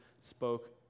spoke